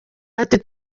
ati